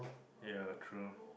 ya true